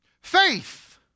Faith